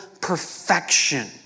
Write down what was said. perfection